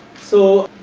so,